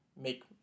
make